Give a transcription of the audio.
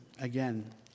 again